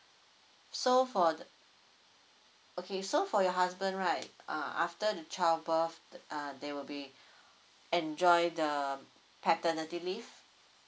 so for the okay so for your husband right ah after the child birth the uh they will be enjoy the paternity leave